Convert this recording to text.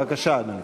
בבקשה, אדוני.